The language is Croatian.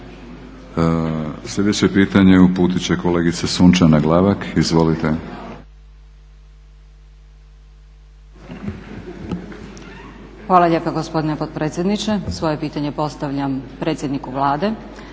Sljedeće pitanje uputiti će kolegica Sunčana Glavak. Izvolite.